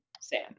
Sam